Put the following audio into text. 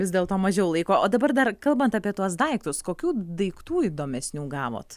vis dėl to mažiau laiko o dabar dar kalbant apie tuos daiktus kokių daiktų įdomesnių gavot